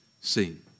seen